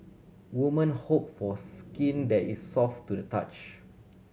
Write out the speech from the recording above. woman hope for skin that is soft to the touch